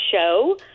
show